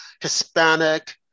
Hispanic